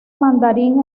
mandarín